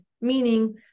meaning